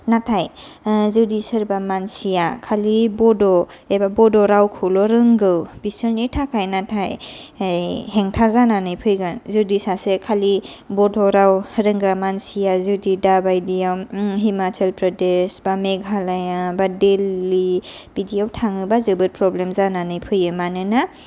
नाथाय जुदि सोरबा मानसिया खालि बड' एबा बड' रावखौल' रोंगौ बिसोरनि थाखाय नाथाय हेंथा जानानै फैगोन जुदि सासे खालि बड' राव रोंग्रा मानसिया जुदि दा बादियाव हिमाचल प्रदेस बा मेघालया बा दिल्ली बिदियाव थाङोबा जोबोर प्रबलेम जानानै फैयो मानोना